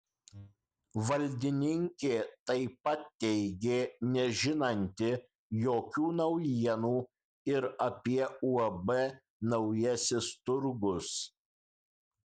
valdininkė taip pat teigė nežinanti jokių naujienų ir apie uab naujasis turgus